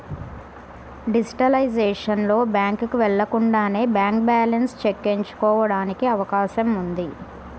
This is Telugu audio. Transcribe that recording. డిజిటలైజేషన్ లో, బ్యాంకుకు వెళ్లకుండానే బ్యాంక్ బ్యాలెన్స్ చెక్ ఎంచుకోవడానికి అవకాశం ఉంది